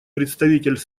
представитель